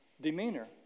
demeanor